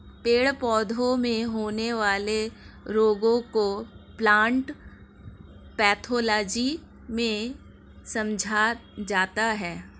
पेड़ पौधों में होने वाले रोगों को प्लांट पैथोलॉजी में समझा जाता है